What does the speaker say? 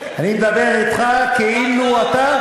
אני מדבר אתך כאילו אתה,